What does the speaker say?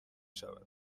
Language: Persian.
شود